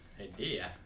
idea